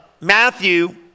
Matthew